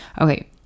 Okay